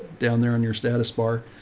down there on your status bar.